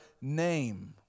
name